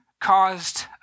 caused